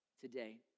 today